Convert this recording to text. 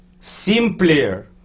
Simpler